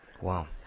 Wow